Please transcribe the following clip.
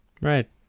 Right